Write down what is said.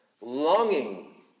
longing